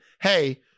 hey